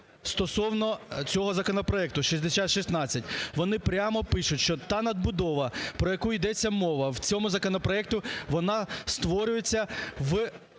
стосовно цього законопроекту 6016. Вони прямо пишуть, що та надбудова, про яку йдеться мова в цьому законопроекті, вона створюється в